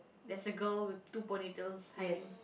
there's a girl with two ponytails hiding